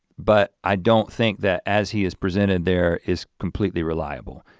but i don't think that as he is presented there is completely reliable.